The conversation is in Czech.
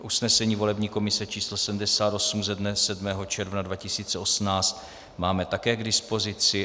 Usnesení volební komise číslo 78 ze dne 7. června 2018 máme také k dispozici.